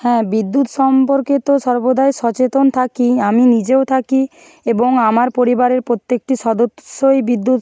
হ্যাঁ বিদ্যুৎ সম্পর্কে তো সর্বদাই সচেতন থাকি আমি নিজেও থাকি এবং আমার পরিবারের প্রত্যেকটি সদস্যই বিদ্যুৎ